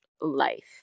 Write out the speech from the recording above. life